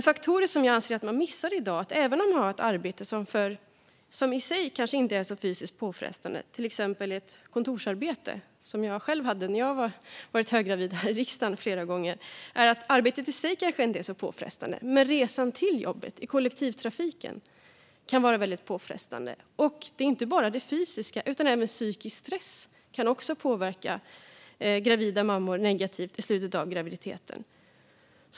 Faktorer som jag anser att man missar i dag är att även om arbetet i sig kanske inte är fysiskt påfrestande, till exempel ett kontorsarbete - som jag själv har haft flera gånger här i riksdagen när jag har varit höggravid - kan resan till jobbet i kollektivtrafiken vara påfrestande. Och det handlar inte bara om det fysiska. Även psykisk stress kan påverka gravida mammor på ett negativt sätt i slutet av graviditeten.